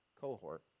cohort